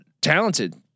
talented